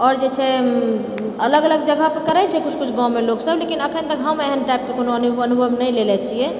आओर जे छै अलग अलग जगह पऽ करै छै किछु किछु गाँवमे लोग सब अखन तक हम एहन टाइपके कोनो अनुभव नहि लेले छियै